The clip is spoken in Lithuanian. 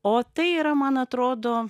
o tai yra man atrodo